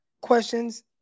questions